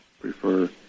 prefer